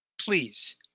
please